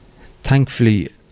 thankfully